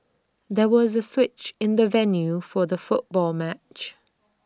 there was A switch in the venue for the football match